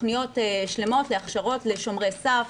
תכניות שלמות להכשרות לשומרי סף,